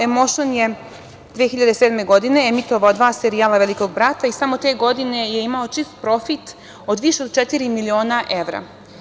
Emoušn“ je 2007. godine emitovao dva serijala Velikog brata i samo te godine je imao čist profit više od četiri miliona evra.